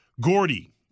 Gordy